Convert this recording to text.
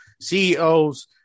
CEOs